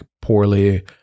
poorly